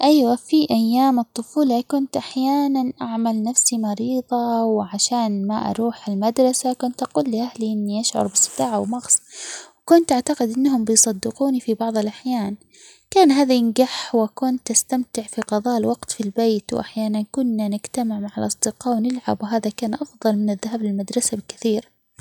أيوا في أيام الطفولة كنت أحياناً أعمل نفسي مريضة وعشان ما أروح المدرسة كنت أقول لاهلي إني أشعر بصداع أو مغص، كنت أعتقد إنهم بيصدقوني في بعض الأحيان كان هذا ينجح وكنت أستمتع في قضاء الوقت في البيت وأحياناً كنا نجتمع مع الأصدقاء ونلعب وهذا كان أفضل من الذهاب للمدرسة بكثير.